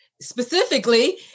specifically